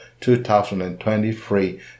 2023